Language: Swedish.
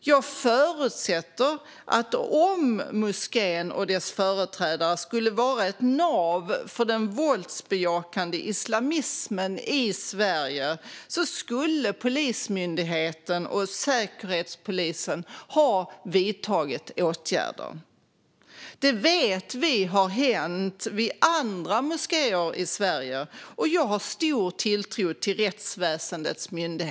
Jag förutsätter att om moskén och dess företrädare skulle vara ett nav för den våldsbejakandet islamismen i Sverige så skulle Polismyndigheten och Säkerhetspolisen ha vidtagit åtgärder. Det vet vi har hänt vid andra moskéer i Sverige, och jag har stor tilltro till rättsväsendets myndigheter.